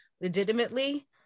legitimately